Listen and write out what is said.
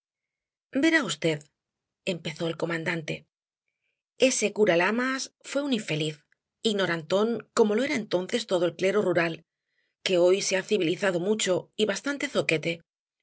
v empezó el comandante ese cura lamas fué un infeliz ignorantón como lo era entonces todo el clero rural que hoy se ha civilizado mucho y bastante zoquete